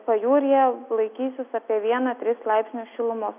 pajūryje laikysis apie vieną tris laipsnius šilumos